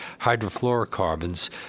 hydrofluorocarbons